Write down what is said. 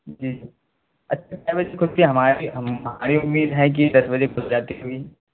جی اچھا کتنے بجے کھلتی ہے ہماری ہماری امید ہے کہ دس بجے کھل جاتی ہوگی